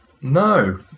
no